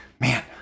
Man